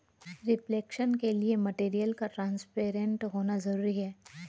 reflection के लिए material का ट्रांसपेरेंट होना जरूरी है